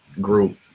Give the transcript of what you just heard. group